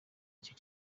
icyo